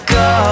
go